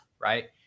right